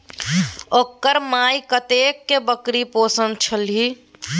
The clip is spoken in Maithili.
ओकर माइ कतेको बकरी पोसने छलीह